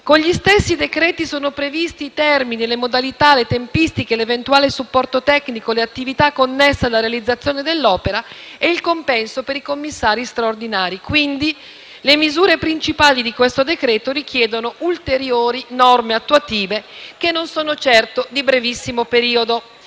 Con gli stessi decreti sono previsti i termini, le modalità, le tempistiche, l'eventuale supporto tecnico, le attività connesse alla realizzazione dell'opera e il compenso per i commissari straordinari. Quindi, le misure principali di questo decreto-legge richiedono ulteriori norme attuative che non sono certo di brevissimo periodo.